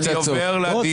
מאיפה הגיעה הצעת הפשרה?